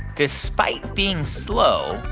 despite being slow,